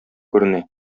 күренә